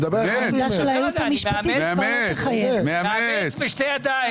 מאמץ בשתי ידיים.